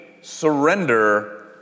surrender